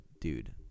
dude